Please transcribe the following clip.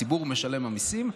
הציבור משלם המיסים,